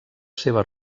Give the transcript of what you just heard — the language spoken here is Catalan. seves